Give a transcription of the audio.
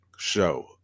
show